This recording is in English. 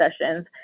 sessions